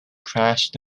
crashed